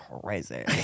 crazy